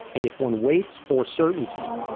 and if one waits for certainty,